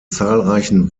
zahlreichen